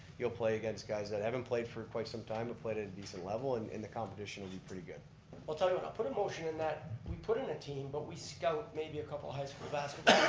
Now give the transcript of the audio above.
you'll play against guys that haven't played for quite some time, or but played at a decent level and in the competition, we'll do pretty good. well i'll tell you what, i'll put a motion in that we put in a team, but we scout maybe a couple high school basketball